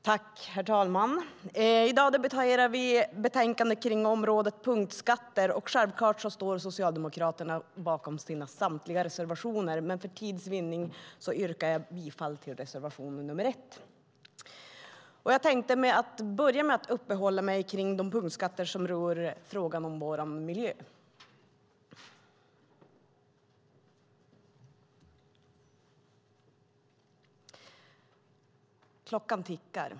Herr talman! I dag debatterar vi betänkandet kring området punktskatter. Självklart står socialdemokraterna bakom samtliga sina reservationer, men för tids vinnande yrkar jag bifall till enbart reservation nr 1. Jag tänkte börja med att uppehålla mig kring de punktskatter som rör frågan om vår miljö. Klockan tickar.